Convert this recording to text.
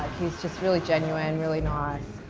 he was just really genuine, really nice,